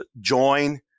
join